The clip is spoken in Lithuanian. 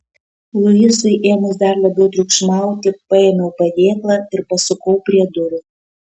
luisui ėmus dar labiau triukšmauti paėmiau padėklą ir pasukau prie durų